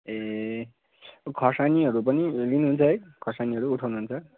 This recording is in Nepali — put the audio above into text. ए खुर्सानीहरू पनि लिनुहुन्छ है खर्सानीहरू उठाउनुहुन्छ